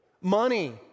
money